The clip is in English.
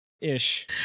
ish